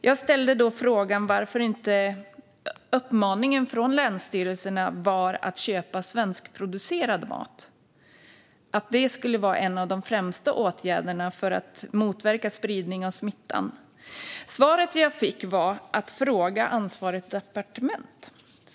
Jag ställde då frågan varför inte uppmaningen från länsstyrelserna var att köpa svenskproducerad mat, eftersom det skulle vara en av de främsta åtgärderna för att motverka spridning av smittan. Herr ålderspresident! Svaret jag fick var att jag borde fråga ansvarigt departement.